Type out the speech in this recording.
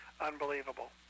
unbelievable